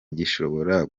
gishobora